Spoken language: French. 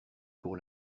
pour